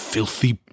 Filthy